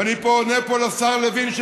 ואני עונה פה לשר לוין,